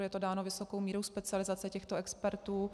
Je to dáno vysokou mírou specializace těchto expertů.